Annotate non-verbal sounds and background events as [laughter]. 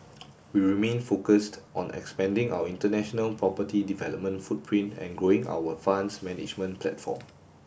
[noise] we remain focused on expanding our international property development footprint and growing our funds management platform